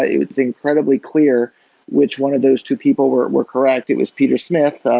ah it's incredibly clear which one of those two people were were correct. it was peter smith, ah